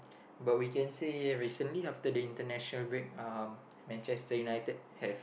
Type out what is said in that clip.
but we can say recently after the international break um Manchester-United have